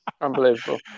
Unbelievable